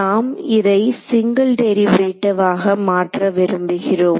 நாம் இதை single derivative ஆக மாற்ற விரும்புகிறோம்